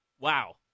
Wow